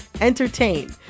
entertain